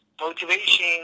motivation